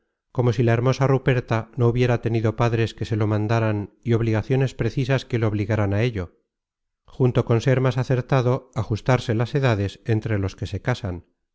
como si la hermosa ruperta no hubiera tenido padres que se lo mandaran y obligaciones precisas que le obligaran á ello junto con ser más acertado ajustarse las edades entre los que se casan